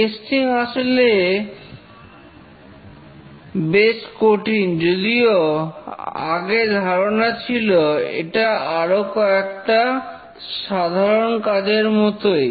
testing আসলে বেশ কঠিন যদিও আগে ধারণা ছিল এটা আরো কয়েকটা সাধারণ কাজের মতই